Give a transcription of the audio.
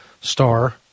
star